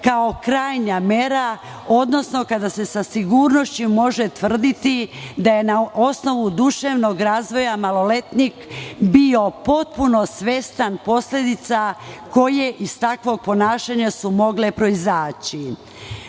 kao krajnja mera, odnosno kada se sa sigurnošću može tvrditi da je na osnovu duševnog razvoja maloletnik bio potpuno svestan posledica koje su iz takvog ponašanja mogle proizaći. Što